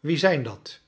wie zijn dat